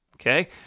Okay